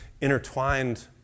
intertwined